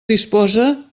disposa